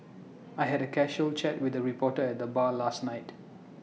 I had A casual chat with the reporter at the bar last night